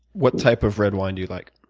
what type of red wine do you like?